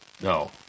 no